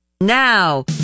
Now